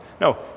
no